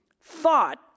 thought